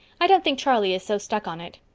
i don't think charlie is so stuck on it.